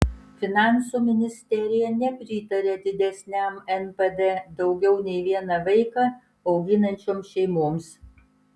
finansų ministerija nepritaria didesniam npd daugiau nei vieną vaiką auginančioms šeimoms